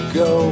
go